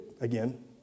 Again